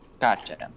Gotcha